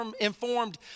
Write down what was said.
informed